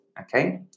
okay